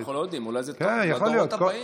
אולי זה טוב לדורות הבאים.